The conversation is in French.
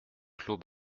clos